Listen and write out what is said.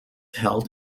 held